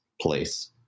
place